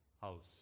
house